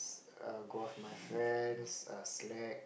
err go out with my friends err slack